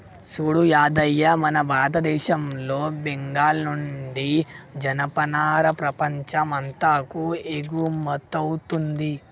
సూడు యాదయ్య మన భారతదేశంలో బెంగాల్ నుండి జనపనార ప్రపంచం అంతాకు ఎగుమతౌతుంది